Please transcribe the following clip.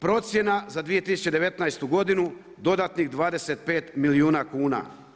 Procjena za 2019. godinu dodatnih 25 milijuna kuna.